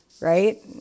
right